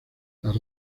las